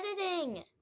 editing